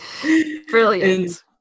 Brilliant